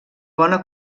bona